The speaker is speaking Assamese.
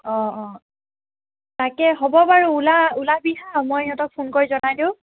অ' অ' তাকে হ'ব বাৰু ওলা ওলাবি হা মই সিহঁতক ফোন কৰি জনাই দিওঁ